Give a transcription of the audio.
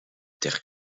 terre